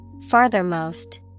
Farthermost